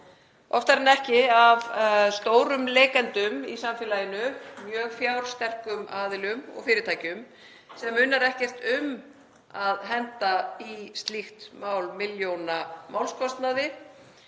oftar en ekki af stórum leikendum í samfélaginu, mjög fjársterkum aðilum og fyrirtækjum sem munar ekkert um að henda í slíkt mál milljónamálskostnaði